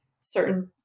certain